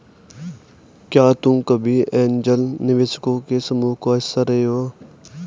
क्या तुम कभी ऐन्जल निवेशकों के समूह का हिस्सा रहे हो?